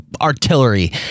artillery